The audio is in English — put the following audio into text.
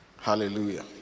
Hallelujah